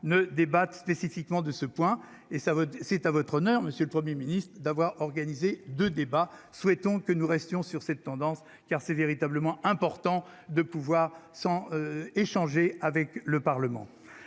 ne débattent spécifiquement de ce point et ça va, c'est à votre honneur Monsieur le 1er ministre d'avoir organisé de débats, souhaitons que nous restions sur cette tendance car c'est véritablement important de pouvoir sans échanger avec le Parlement,